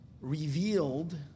revealed